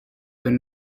where